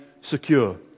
secure